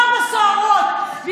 אתה עשית מהלך שהיה יכול לפגוע בסוהרות.